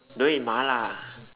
don't eat Mala